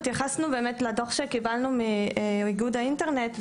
התייחסנו לדוח שקיבלנו מאיגוד האינטרנט,